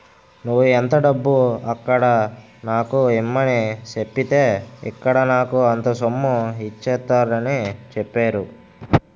నువ్వు ఎంత డబ్బు అక్కడ నాకు ఇమ్మని సెప్పితే ఇక్కడ నాకు అంత సొమ్ము ఇచ్చేత్తారని చెప్పేరు